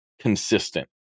consistent